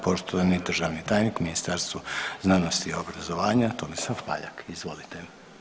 Poštovani državni tajnik u Ministarstvo znanosti i obrazovanja, Tomislav Paljak, izvolite.